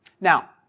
Now